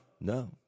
no